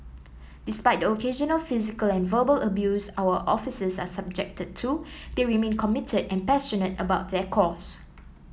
despite the occasional physical and verbal abuse our officers are subjected to they remain committed and passionate about their cause